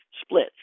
splits